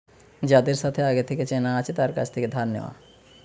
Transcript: যাদের সাথে আগে থেকে চেনা আছে তার কাছ থেকে ধার নেওয়া